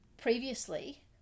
previously